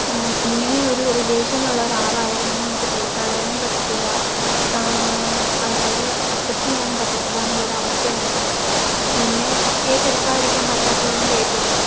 അപ്പം ഇങ്ങനെ ഒരു റിലേഷനുള്ള ഒരാളായതു കൊണ്ട് നമുക്ക് തള്ളിക്കളയാനും പറ്റത്തില്ല അതു പോലെ അക്സെപ്റ്റ് ചെയ്യാനും പറ്റത്തില്ല എന്നുള്ളൊരവസ്ഥയിലായിരുന്നു ഞാൻ പിന്നെ ഏറ്റെടുക്കാതിരിക്കാൻ പറ്റാത്തതു കൊണ്ട് ഏറ്റെടുത്തു